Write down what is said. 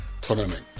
tournament